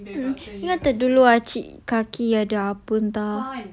mm you ingat dulu-dulu acik kaki ada apa benda